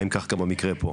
האם כך גם במקרה פה?